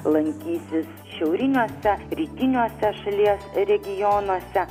lankysis šiauriniuose rytiniuose šalies regionuose